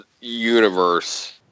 Universe